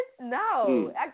No